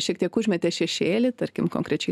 šiek tiek užmetė šešėlį tarkim konkrečiai